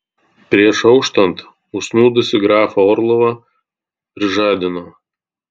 prieš auštant užsnūdusį grafą orlovą prižadino